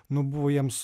nu buvo jiems